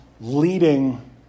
leading